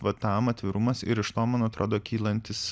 va tam atvirumas ir iš to man atrodo kylantis